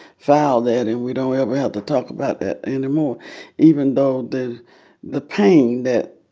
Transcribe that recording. file that, and we don't ever have to talk about that anymore, even though the the pain that